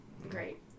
great